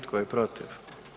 Tko je protiv?